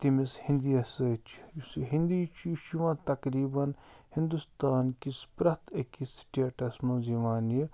تٔمِس ہیندِیَس سۭتۍ چھُ یُس یہِ ہیندی چھُ یہِ چھُ یِوان تقریباً ہِندوستان کِس پرٛتھ أکِس سِٹیٹَس مَنٛز یِوان یہِ